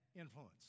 influence